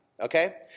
okay